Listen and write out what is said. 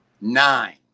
nine